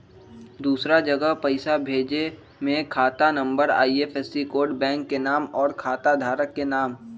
दूसरा जगह पईसा भेजे में खाता नं, आई.एफ.एस.सी, बैंक के नाम, और खाता धारक के नाम?